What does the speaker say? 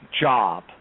job